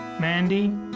Mandy